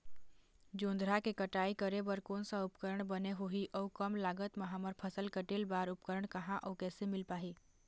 जोंधरा के कटाई करें बर कोन सा उपकरण बने होही अऊ कम लागत मा हमर फसल कटेल बार उपकरण कहा अउ कैसे मील पाही?